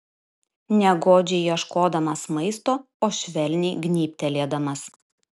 ne godžiai ieškodamas maisto o švelniai gnybtelėdamas